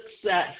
success